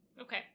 Okay